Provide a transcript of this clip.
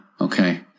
Okay